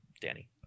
Danny